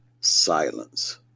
silence